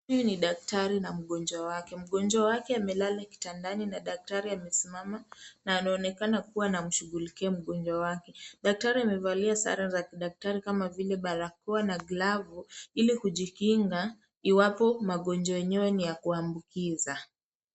Huyu ni daktari na mgonjwa wake. Mgonjwa wake amelala kitandani na daktari amesimama, na anaonekana kuwa anamshughulikia mgonjwa wake. Daktari amevaliaa sare za kidaktari kama vile barakoa na glavu, ili kujikinga iwapo magonjwa yenyewe ni ya kuambukiza.